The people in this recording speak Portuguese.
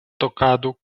tocado